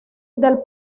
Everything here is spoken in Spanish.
del